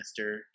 Mr